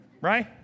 Right